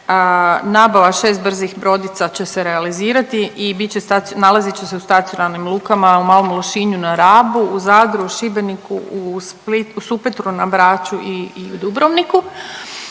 Nabava 6 brzih brodica će se realizirati i bit će, nalazit će se u stacionarnim lukama u Malom Lošinju, na Rabu, u Zadru, Šibeniku, u Supetru na Braču i u Dubrovniku.